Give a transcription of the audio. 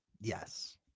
Yes